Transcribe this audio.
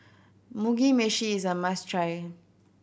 Mugi Meshi is a must try